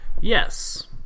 Yes